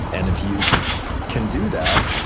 and if you can do that,